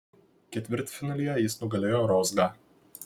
ketvirtfinalyje jis nugalėjo rozgą